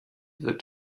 wirkt